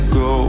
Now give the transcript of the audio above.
go